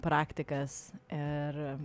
praktikas ir